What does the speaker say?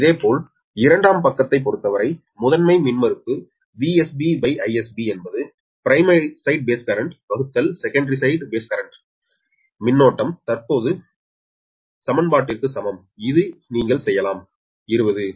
இதேபோல் இரண்டாம் பக்கத்தைப் பொறுத்தவரை முதன்மை மின்மறுப்பு VsBIsB என்பது primary side base currentsecondary side base current மின்னோட்டம் தற்போதைய சமன்பாட்டிற்கு சமம் இது நீங்கள் சொல்லலாம் 20